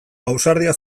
ausardia